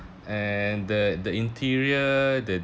and the the interior the